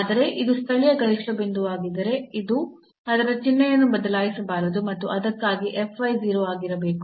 ಆದರೆ ಇದು ಸ್ಥಳೀಯ ಗರಿಷ್ಠ ಬಿಂದುವಾಗಿದ್ದರೆ ಇದು ಅದರ ಚಿಹ್ನೆಯನ್ನು ಬದಲಾಯಿಸಬಾರದು ಮತ್ತು ಅದಕ್ಕಾಗಿ 0 ಆಗಿರಬೇಕು